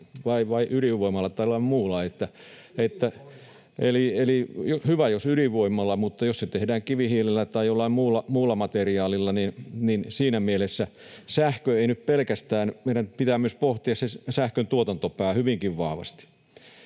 Ydinvoimaa!] Hyvä jos ydinvoimalla, mutta jos se tehdään kivihiilellä tai jollain muulla materiaalilla, niin siinä mielessä sähkö ei nyt pelkästään auta. Meidän pitää myös pohtia se sähkön tuotantopää hyvinkin vahvasti.